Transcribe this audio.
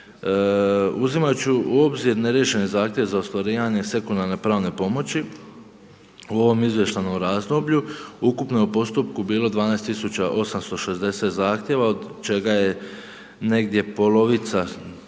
Uzimajući u obzir neriješene zahtjeve za ostvarivanje sekundarne pravne pomoći u ovom izvještajnom razdoblju, ukupno je u postupku bilo 12 860 zahtjeva od čega je negdje polovica